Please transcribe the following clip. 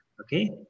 Okay